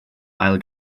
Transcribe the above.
ail